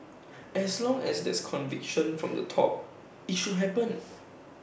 as long as there's conviction from the top IT should happen